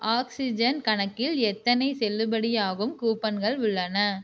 oxygen கணக்கில் எத்தனை செல்லுபடியாகும் கூப்பன்கள் உள்ளன